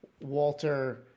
Walter